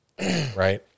Right